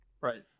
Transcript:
Right